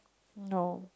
no